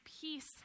peace